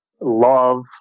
love